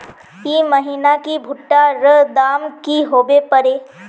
ई महीना की भुट्टा र दाम की होबे परे?